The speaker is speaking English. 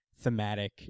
thematic